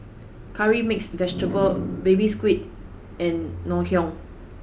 curry mixed vegetable baby squid and Ngoh Hiang